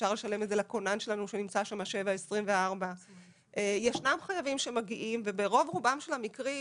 אפשר לשלם את זה לכונן שלנו שנמצא שם 7/24. ישנם חייבים שמגיעים וברוב רובם של המקרים,